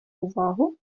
увагу